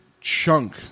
chunk